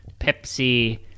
Pepsi